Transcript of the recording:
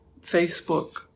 Facebook